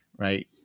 Right